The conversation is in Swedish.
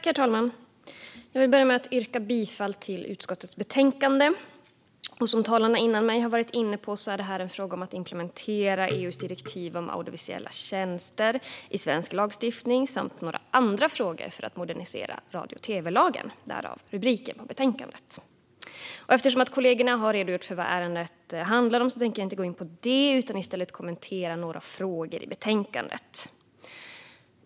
Herr talman! Jag vill börja med att yrka bifall till förslaget i utskottets betänkande. Som talarna före mig har varit inne på är detta en fråga om att implementera EU:s direktiv om audiovisuella tjänster i svensk lagstiftning samt några andra frågor för att modernisera radio och tv-lagen. Därav rubriken på betänkandet. Eftersom kollegorna har redogjort för vad ärendet handlar om tänker jag inte gå in på det, utan jag kommer i stället att kommentera några frågor i betänkandet.